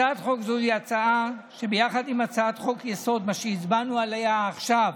הצעת חוק זו היא הצעה שביחד עם הצעת חוק-היסוד שהצבענו עליה עכשיו,